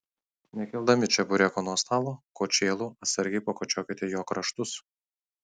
nekeldami čebureko nuo stalo kočėlu atsargiai pakočiokite jo kraštus